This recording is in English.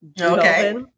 Okay